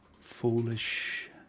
Foolish